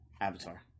Avatar